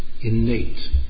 innate